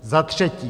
Za třetí.